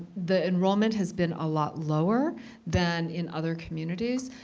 the enrollment has been a lot lower than in other communities,